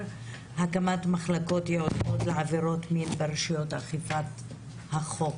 - הקמת מחלקות ייעודיות לעבירות מין ברשויות אכיפת החוק.